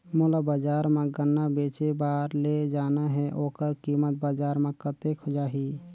मोला बजार मां गन्ना बेचे बार ले जाना हे ओकर कीमत बजार मां कतेक जाही?